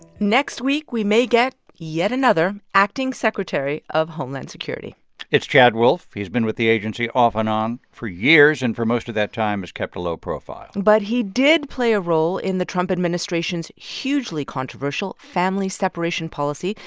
next week, we may get yet another acting secretary of homeland security it's chad wolf. he's been with the agency off and on for years and for most of that time has kept a low profile but he did play a role in the trump administration's hugely controversial family separation policy.